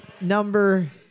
number